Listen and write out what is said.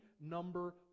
number